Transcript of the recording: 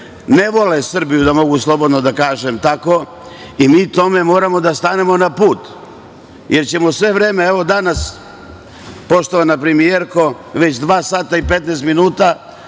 ne vole Srbiju, mogu slobodno da kažem tako, i mi tome moramo da stanemo na put, jer ćemo sve vreme. Evo, danas, poštovana premijerko, već dva sata i 15 minuta